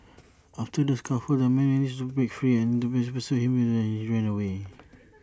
after the scuffle the man managed to break free and the pair pursued him when he ran away